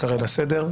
ייקרא לסדר.